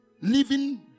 living